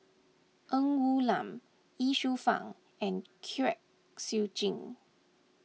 Ng Woon Lam Ye Shufang and Kwek Siew Jin